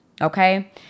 okay